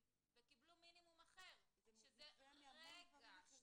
וקיבלו מינימום אחר שזה -- זה נובע מהמון גורמים אחרים.